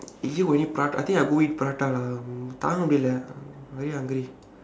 here got any pra~ I think I go eat prata lah தாங்க முடியல:thaangka mudiyala very hungry